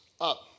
up